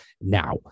Now